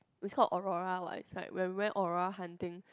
it's call Aurora what is like when we went Aurora hunting